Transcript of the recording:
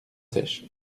sèche